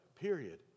period